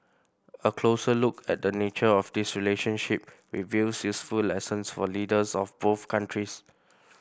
a closer look at the nature of this relationship reveals useful lessons for leaders of both countries